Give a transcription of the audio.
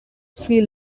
see